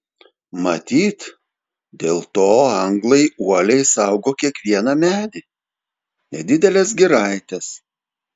matyt dėl to anglai uoliai saugo kiekvieną medį nedideles giraites